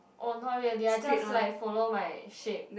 oh not really I just like follow my shape